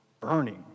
burning